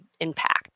impact